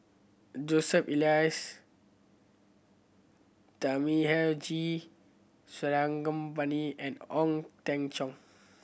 Joseph Elias Thamizhavel G Sarangapani and Ong Teng Cheong